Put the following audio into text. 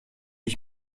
ich